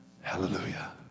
Hallelujah